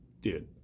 dude